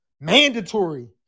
mandatory